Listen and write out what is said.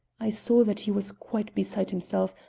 i saw that he was quite beside himself,